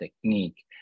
technique